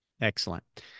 Excellent